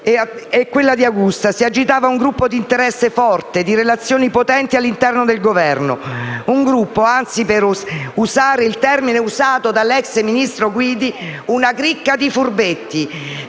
e di Augusta si agitava un gruppo di interesse forte, di relazioni potenti all'interno del Governo; un gruppo, anzi - per adoperare il termine usato dall'*ex* ministro Guidi - una cricca di furbetti